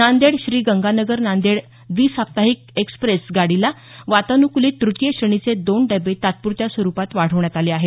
नांदेड श्रीगंगानगर नांदेड द्वी साप्पाहिक एक्सप्रेस गाडीला वातानुकलीत तृतीय श्रेणीचे दोन डबे तात्परत्या स्वरुपात वाढवण्यात आले आहेत